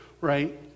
right